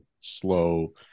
slow